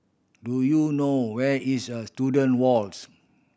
do you know where is a Student Walks